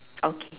okay